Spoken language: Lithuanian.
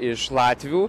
iš latvių